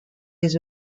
les